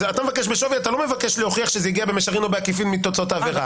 לא מבקש להוכיח שזה הגיע במישרין או בעקיפין מתוצאות העבירה.